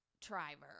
driver